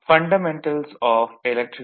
சரி